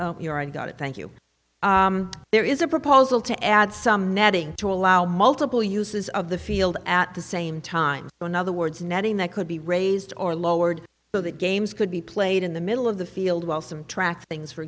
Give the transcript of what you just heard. and got it thank you there is a proposal to add some netting to allow multiple uses of the field at the same time in other words netting that could be raised or lowered so that games could be played in the middle of the field while some track things for